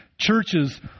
Churches